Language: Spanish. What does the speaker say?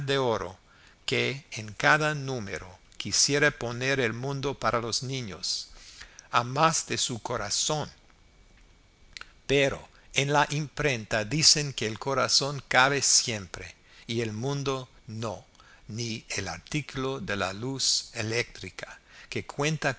de oro que en cada número quisiera poner el mundo para los niños a más de su corazón pero en la imprenta dicen que el corazón cabe siempre y el mundo no ni el artículo de la luz eléctrica que cuenta